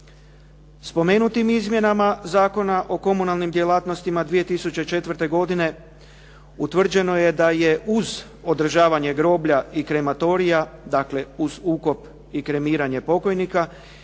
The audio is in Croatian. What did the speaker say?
Spomenutim Izmjenama zakona o komunalnim djelatnostima 2004. godine utvrđeno je da je uz održavanje groblja i krematorija, dakle uz ukop i kremiranje pokojnika